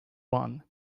one